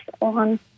on